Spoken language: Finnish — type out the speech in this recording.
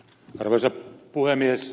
arvoisa puhemies